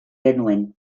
genuen